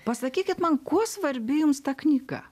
pasakykit man kuo svarbi jums ta knyga